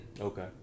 Okay